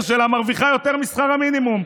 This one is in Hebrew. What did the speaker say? שלה מרוויחה יותר משכר המינימום,